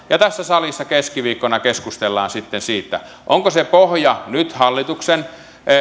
ja tässä salissa keskiviikkona keskustellaan sitten siitä onko se pohja nyt hallituksen